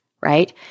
right